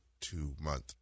two-month